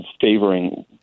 favoring